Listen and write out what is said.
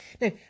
Now